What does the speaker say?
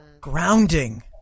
grounding